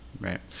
Right